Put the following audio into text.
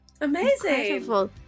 Amazing